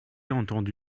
entendu